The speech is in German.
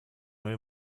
neue